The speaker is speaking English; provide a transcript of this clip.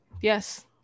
Yes